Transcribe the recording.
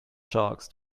sharks